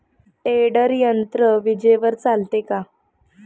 Tedder यंत्र विजेवर चालते का?